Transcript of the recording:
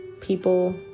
people